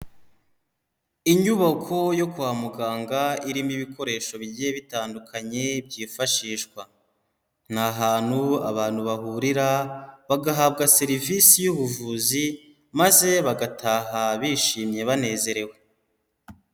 Inyubako yo kwa muganga irimo ibikoresho bigiye bitandukanye byifashishwa, ni ahantu abantu bahurira, bagahabwa serivisi y'ubuvuzi maze bagataha bishimye banezerewe.